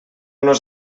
nos